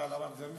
דיברת על הרב זמיר.